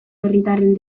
herritarren